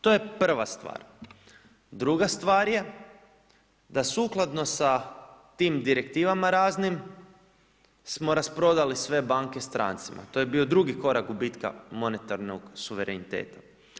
To je prva stvar, druga stvar je da sukladno sa tim direktivama raznim, smo raspoznali sve banke strancima, to je bio drugi korak gubitak monetarnog suvereniteta.